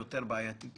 בבקשה,